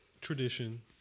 tradition